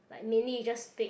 like mainly you just take